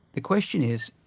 the question is,